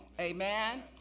Amen